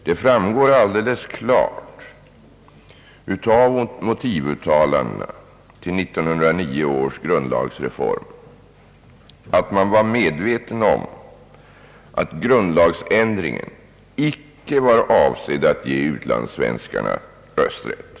Det framgår alldeles klart av motivuttalandena till 1909 års grundlagsreform att man var medveten om att grundlagsändringen icke var avsedd att ge utlandssvenskarna rösträtt.